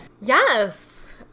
Yes